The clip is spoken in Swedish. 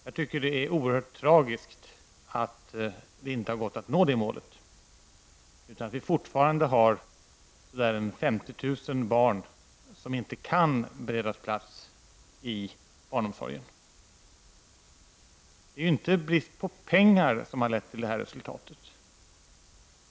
Jag tycker att det är oerhört tragiskt att det inte har gått att nå det målet, utan att vi fortfarande har ca Det är ju inte brist på pengar som har lett till det här resultatet.